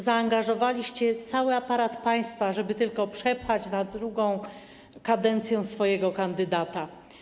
Zaangażowaliście cały aparat państwa, żeby tylko przepchnąć na drugą kadencję swojego kandydata.